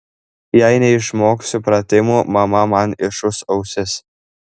jei neišmoksiu pratimų mama man išūš ausis